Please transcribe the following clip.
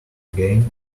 again